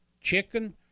chicken